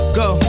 go